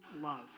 love